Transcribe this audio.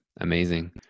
Amazing